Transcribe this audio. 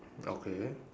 okay